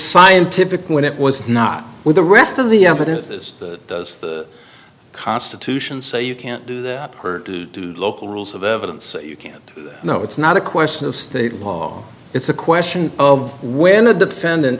scientific when it was not with the rest of the evidence is does the constitution say you can't do the local rules of evidence you can't no it's not a question of state law it's a question of when a defendant